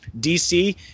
DC